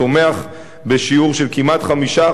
צומח בשיעור של כמעט 5%,